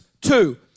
two